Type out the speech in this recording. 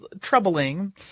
troubling